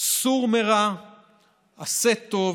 "סור מרע ועשה טוב,